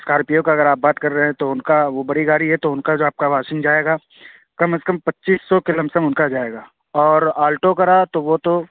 Scorpio کا اگر آپ بات کر رہے ہیں تو ان کا وہ بڑی گاڑی ہے تو ان کا جو آپ کا واشنگ جائے گا کم از کم پچیس سو کے لم سم ان کا جائے گا اور آلٹو کا رہا تو وہ تو